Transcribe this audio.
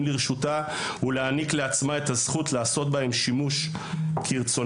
לרשותה ולהעניק לעצמה את הזכות לעשות בהם שימוש כרצונה.